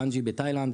בנג'י בתאילנד,